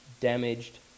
damaged